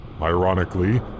ironically